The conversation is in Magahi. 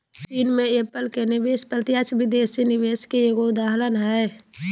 चीन मे एप्पल के निवेश प्रत्यक्ष विदेशी निवेश के एगो उदाहरण हय